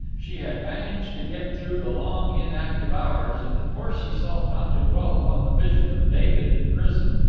she had managed to get through the long inactive hours, and to force herself not to dwell upon the vision of david in prison,